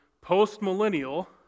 post-millennial